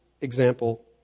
example